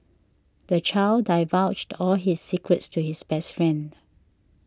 the child divulged all his secrets to his best friend